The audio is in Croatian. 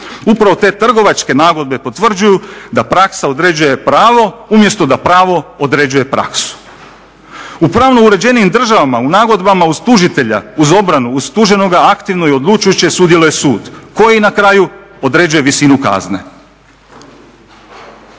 Upravo te trgovačke nagodbe potvrđuju da praksa određuje pravo umjesto da pravo određuje praksu. U pravno uređenijim državama u nagodbama uz tužitelja, uz obranu, uz tuženoga aktivno i odlučujuće sudjeluje sud koji na kraju određuje visinu kazne.